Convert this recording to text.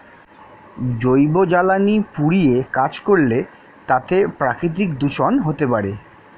জৈব জ্বালানি পুড়িয়ে কাজ করলে তাতে প্রাকৃতিক দূষন হতে পারে